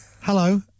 hello